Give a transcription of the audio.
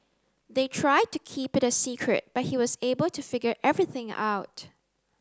they tried to keep it a secret but he was able to figure everything out